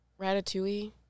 Ratatouille